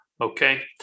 Okay